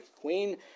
Queen